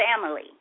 family